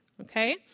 okay